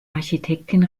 architektin